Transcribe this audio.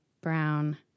Brown